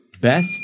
best